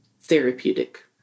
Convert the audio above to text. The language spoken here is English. therapeutic